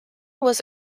was